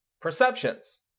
perceptions